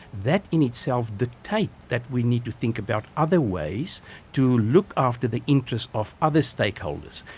that in itself dictates that we need to think about other ways to look after the interests of other stakeholders.